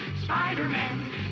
Spider-Man